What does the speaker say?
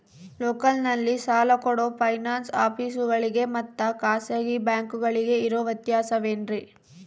ಲೋಕಲ್ನಲ್ಲಿ ಸಾಲ ಕೊಡೋ ಫೈನಾನ್ಸ್ ಆಫೇಸುಗಳಿಗೆ ಮತ್ತಾ ಖಾಸಗಿ ಬ್ಯಾಂಕುಗಳಿಗೆ ಇರೋ ವ್ಯತ್ಯಾಸವೇನ್ರಿ?